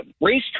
racetrack